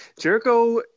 jericho